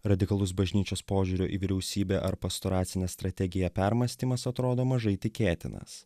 radikalus bažnyčios požiūrio į vyriausybę ar pastoracinę strategiją permąstymas atrodo mažai tikėtinas